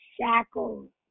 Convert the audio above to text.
shackles